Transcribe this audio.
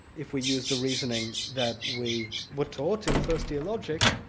if we use the reasoning that we were taught in first year logic,